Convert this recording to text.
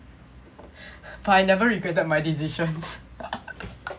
but I never regretted my decisions